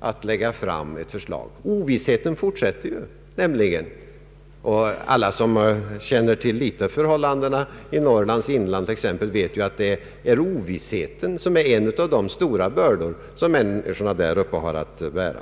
framläggande av ett förslag. Ovissheten fortsätter ju. Alla som känner till förhållandena i t.ex. Norrlands inland vet att ovissheten är en av de stora bördor som människorna där uppe har att bära.